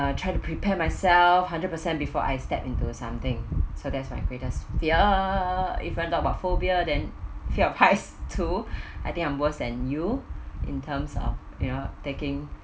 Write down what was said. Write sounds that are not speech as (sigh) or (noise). I'll try to prepare myself hundred percent before I step into something so that's my greatest fear if even talk about phobia then fear of heights too (noise) I think I'm worse than you in terms of you know taking